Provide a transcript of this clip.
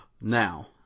Now